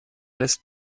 lässt